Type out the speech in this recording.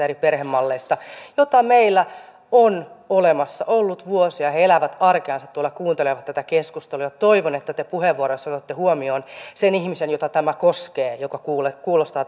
eri perhemalleista joita meillä on ollut olemassa vuosia ja jotka elävät arkeansa tuolla kuuntelevat tätä keskustelua toivon että te puheenvuoroissanne otatte huomioon sen ihmisen jota tämä koskee joka